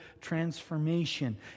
transformation